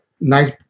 nice